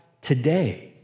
today